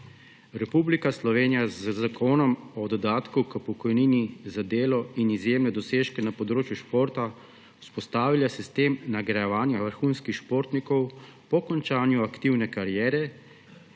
Republika Slovenija z Zakonom o dodatku k pokojnini za delo in izjemne dosežke na področju športa vzpostavlja sistem nagrajevanja vrhunskih športnikov po končanju aktivne kariere, ki so